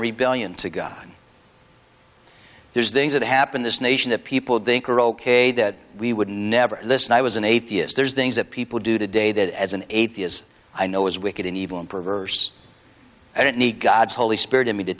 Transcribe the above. rebuilt to go there's things that happen this nation that people drink are ok that we would never listen i was an atheist there's things that people do today that as an atheist i know is wicked and evil and perverse i don't need god's holy spirit in me to